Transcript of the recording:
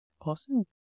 Awesome